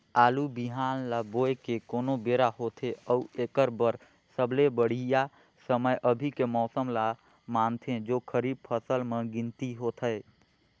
आलू बिहान ल बोये के कोन बेरा होथे अउ एकर बर सबले बढ़िया समय अभी के मौसम ल मानथें जो खरीफ फसल म गिनती होथै?